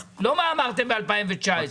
לא מה אמרתם ב-2019.